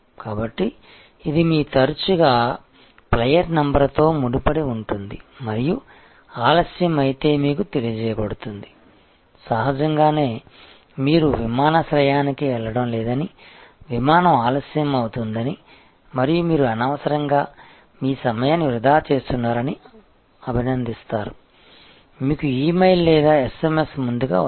కాబట్టి ఇది మీ తరచూ ఫ్లైయర్ నంబర్తో ముడిపడి ఉంటుంది మరియు ఆలస్యం అయితే మీకు తెలియజేయబడుతుంది సహజంగానే మీరు విమానాశ్రయానికి వెళ్లడం లేదని విమానం ఆలస్యం అవుతుందని మరియు మీరు అనవసరంగా మీ సమయాన్ని వృథా చేస్తున్నారని అభినందిస్తారు మీకు ఇ మెయిల్ లేదా SMS ముందుగా వస్తుంది